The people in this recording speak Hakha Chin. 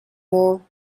maw